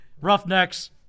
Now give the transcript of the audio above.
Roughnecks